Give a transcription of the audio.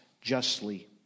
justly